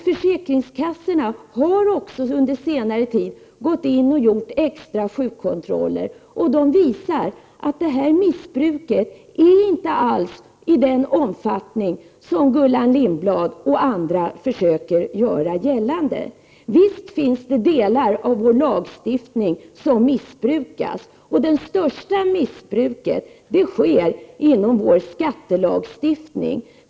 Försäkringskassorna har också under senare tid gjort extra sjukkontroller som visar att missbruket inte alls är av den omfattning som Gullan Lindblad och andra försöker göra gällande. Visst finns det delar av vår lagstiftning som missbrukas, och det största missbruket sker inom skattelagstiftningen.